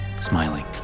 smiling